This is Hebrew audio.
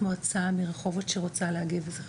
מועצה מרחובות שרוצה להגיב וזה חשוב.